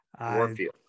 warfield